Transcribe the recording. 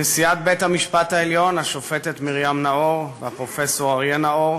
נשיאת בית-המשפט העליון השופטת מרים נאור והפרופסור אריה נאור,